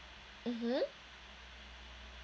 mmhmm